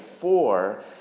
four